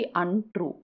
untrue